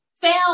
fail